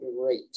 great